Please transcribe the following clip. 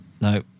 No